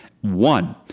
One